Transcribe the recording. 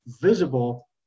visible